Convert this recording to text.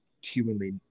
humanly